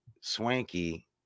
swanky